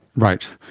right.